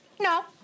No